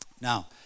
Now